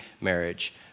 marriage